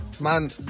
Man